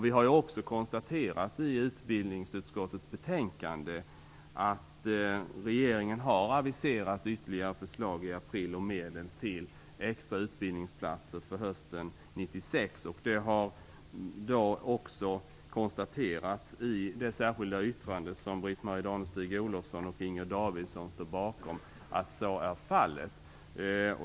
Vi har också i utbildningsutskottets betänkande konstaterat att regeringen har aviserat ytterligare förslag i april om medel till extra utbildningsplatser för hösten 1996. Det har också konstaterats i det särskilda yttrande som Britt-Marie Danestig-Olofsson och Inger Davidson står bakom att så är fallet.